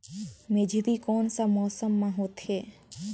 मेझरी कोन सा मौसम मां होथे?